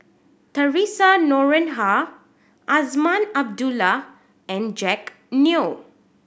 Theresa Noronha Azman Abdullah and Jack Neo